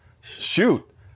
shoot